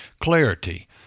clarity